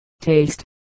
taste